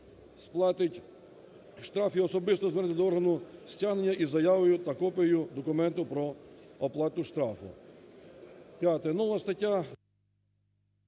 П'яте. Нова стаття…